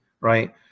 right